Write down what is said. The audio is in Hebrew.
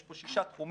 יש פה שישה תחומים,